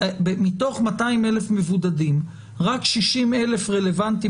מתוך 200,000 מבודדים רק 60,000 רלוונטיים